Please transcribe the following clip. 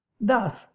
Thus